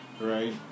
right